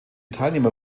teilnehmer